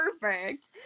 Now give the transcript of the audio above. perfect